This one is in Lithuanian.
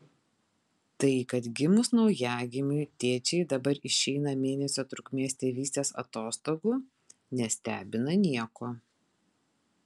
tai kad gimus naujagimiui tėčiai dabar išeina mėnesio trukmės tėvystės atostogų nestebina nieko